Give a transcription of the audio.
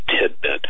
tidbit